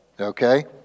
okay